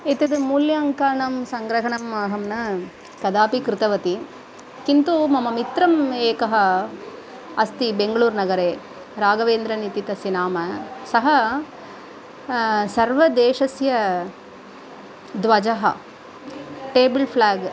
एतद् मूल्याङ्कानाम् सङ्ग्रहणम् अहं न कदापि कृतवती किन्तु मम मित्रः एकः अस्ति बेङ्गळूरनगरे राघवेन्द्रन् इति तस्य नाम सः सर्व देशस्य ध्वजः टेबल् फ़्लाग्